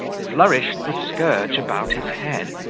flourished the scourge about his head,